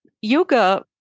yoga